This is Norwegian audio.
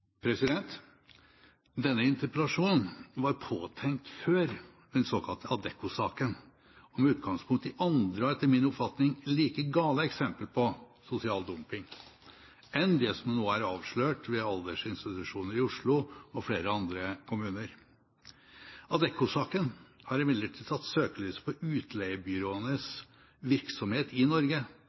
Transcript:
3. Denne interpellasjonen var påtenkt før den såkalte Adecco-saken, og med utgangspunkt i andre – og etter min oppfatning like gale – eksempler på sosial dumping enn det som nå er avslørt ved aldersinstitusjoner i Oslo og flere andre kommuner. Adecco-saken har imidlertid satt søkelys på utleiebyråenes virksomhet i Norge,